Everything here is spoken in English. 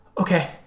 Okay